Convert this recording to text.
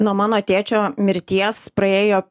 nuo mano tėčio mirties praėjo